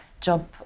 job